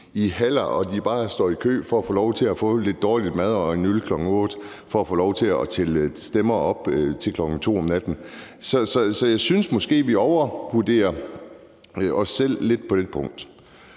i haller, og at de bare står i kø for at få lov til at få lidt dårlig mad og en øl kl. 20 og tælle stemmer op til kl. 2 om natten. Så jeg synes måske, at vi overvurderer os selv lidt på det punkt.